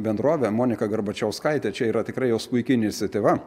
bendrove monika garbačiauskaite čia yra tikra jos puiki iniciatyva